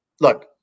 Look